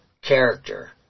character